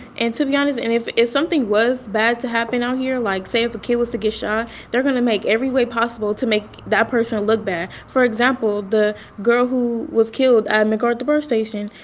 and to be honest and if something was bad to happen out here like, say if a kid was to get shot they're going to make every way possible to make that person look bad. for example, the girl who was killed at macarthur bart station,